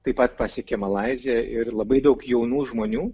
taip pat pasiekė malaiziją ir labai daug jaunų žmonių